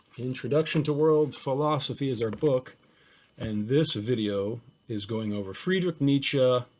introduction to world philosophy is our book and this video is going over friedrich nietzsche,